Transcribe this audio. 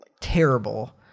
terrible